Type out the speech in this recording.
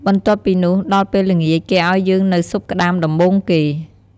បន្ទាប់ពីនោះ ដល់ពេលល្ងាចគេឲ្យយើងនូវស៊ុបក្តាមដំបូងគេ ។